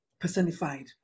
personified